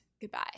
goodbye